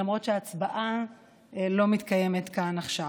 למרות שההצבעה לא מתקיימת כאן עכשיו.